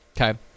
Okay